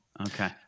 Okay